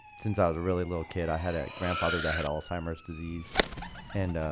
since i was a really little kid. i had a grandfather that had alzheimer's disease and